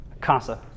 CASA